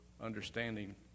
understanding